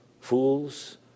Fools